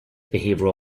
behavioral